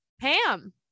Pam